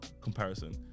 comparison